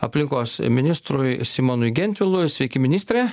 aplinkos ministrui simonui gentvilui sveiki ministre